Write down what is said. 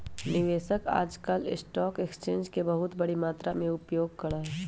निवेशक आजकल stock exchange के बहुत बडी मात्रा में उपयोग करा हई